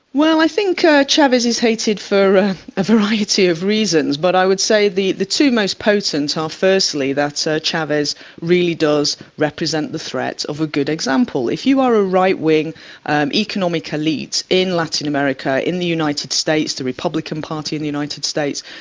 well, i think chavez is hated for a variety of reasons, but i would say the the two most potent are firstly that chavez really does represent the threat of a good example. if you are a right-wing and economic elite in latin america, in the united states, the republican party in the united states,